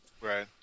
Right